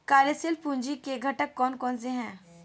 कार्यशील पूंजी के घटक कौन कौन से हैं?